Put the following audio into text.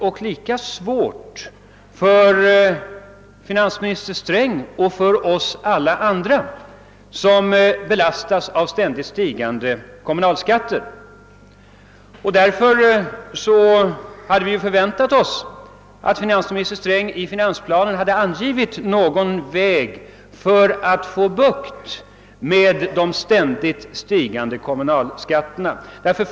och lika svårt för finansminister Sträng och oss andra som belastas av ständigt stigande kommunalskatter som för norrmännen. Därför hade vi väntat oss att finansminister Sträng i finansplanen skulle anvisa någon väg för att få bukt med de ständigt stigande kommunalskatterna.